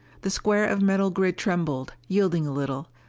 the square of metal grid trembled, yielded a little.